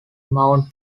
mound